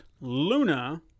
Luna